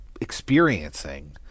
experiencing